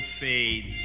fades